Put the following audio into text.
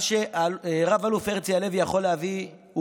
מה שרב-אלוף הרצי הלוי יכול להביא הוא